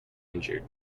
injured